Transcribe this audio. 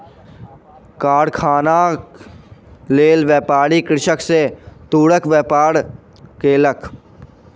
कारखानाक लेल, व्यापारी कृषक सॅ तूरक व्यापार केलक